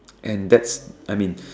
and that's I mean